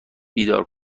بیدار